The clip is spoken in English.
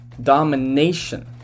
domination